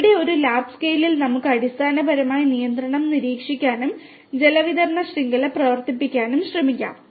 എവിടെ ഒരു ലാബ് സ്കെയിലിൽ നമുക്ക് അടിസ്ഥാനപരമായി നിയന്ത്രണം നിരീക്ഷിക്കാനും ജലവിതരണ ശൃംഖല പ്രവർത്തിപ്പിക്കാനും ശ്രമിക്കാം